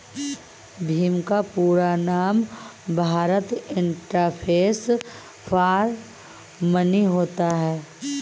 भीम का पूरा नाम भारत इंटरफेस फॉर मनी होता है